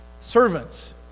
servants